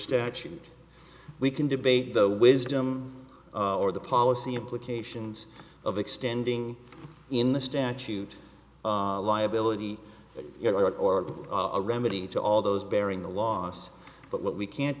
statute we can debate the wisdom or the policy implications of extending in the statute liability or a remedy to all those bearing the loss but what we can't